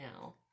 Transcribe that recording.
now